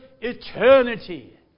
eternity